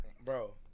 Bro